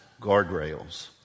guardrails